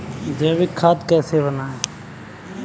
जैविक खाद कैसे बनाएँ?